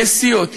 יש סיעות,